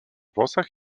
włosach